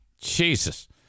Jesus